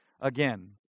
again